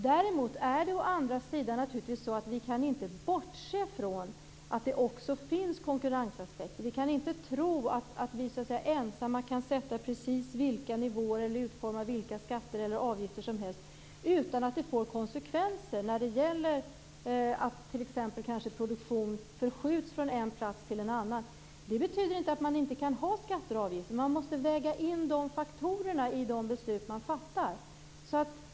Däremot är det naturligtvis på det sättet att vi inte kan bortse från att det också finns konkurrensaspekter. Vi kan inte tro att vi ensamma kan sätta precis vilka nivåer eller utforma vilka skatter eller avgifter som helst utan att det får konsekvenser när det gäller att t.ex. produktion förskjuts från en plats till en annan. Det betyder inte att man inte kan ha skatter och avgifter. Men man måste väga in dessa faktorer i de beslut som man fattar.